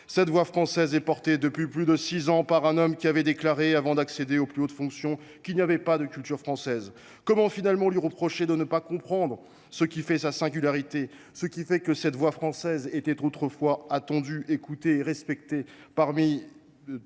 de la France est portée depuis plus de six ans par un homme qui avait déclaré, avant d’accéder aux plus hautes fonctions, qu’il n’y avait pas de culture française. Comment, dès lors, lui reprocher de ne pas comprendre ce qui fait sa singularité, ce qui fait que cette voix française était autrefois attendue, écoutée et respectée partout